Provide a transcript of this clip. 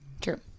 True